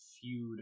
feud